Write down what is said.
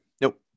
Nope